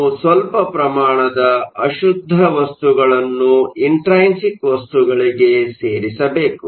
ನಾವು ಸ್ವಲ್ಪ ಪ್ರಮಾಣದ ಅಶುದ್ಧ ವಸ್ತುಗಳನ್ನು ಇಂಟ್ರೈನ್ಸಿಕ್ ವಸ್ತುಗಳಿಗೆ ಸೇರಿಸಬೇಕು